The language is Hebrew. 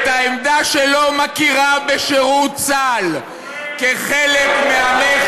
את העמדה שלא מכירה בשירות צה"ל כחלק מ"עמך